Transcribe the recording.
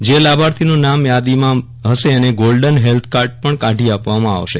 જે લાભાર્થીનું નામ આ યાદીમાં હશે એને ગોલ્ડન હેલ્થકાર્ડ પણ કાઢી આપવામાં આવશે